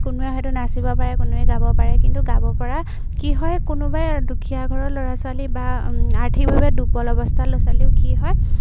কোনোবাই হয়তো নাচিব পাৰে কোনোৱে গাব পাৰে কিন্তু গাব পৰা কি হয় কোনোবাই দুখীয়া ঘৰৰ ল'ৰা ছোৱালী বা আৰ্থিকভাৱে দুৰ্বল অৱস্থাৰ ল'ৰা ছোৱালীও কি হয়